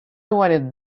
wanted